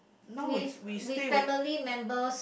with with family member